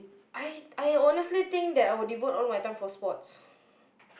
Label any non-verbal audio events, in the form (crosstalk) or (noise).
I I honestly think that I would devote all my time for sports (breath)